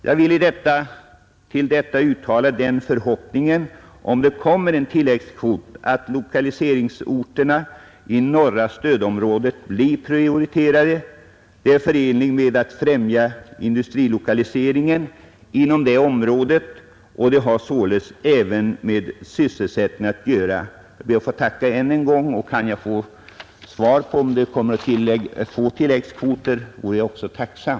Jag vill till detta uttala den förhoppningen att lokaliseringsorterna i norra stödområdet blir prioriterade, om det kommer en tilläggskvot. Det är förenligt med att främja industrilokaliseringen inom detta område, och det har således även med sysselsättningen att göra. Jag ber att ännu en gång få tacka. Kan jag få svar på frågan om vi kommer att få tilläggskvoter, vore jag också tacksam.